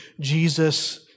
Jesus